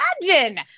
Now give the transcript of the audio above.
imagine